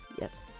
Yes